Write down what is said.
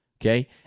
Okay